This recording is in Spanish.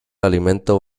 alimento